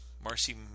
Marcy